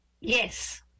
yes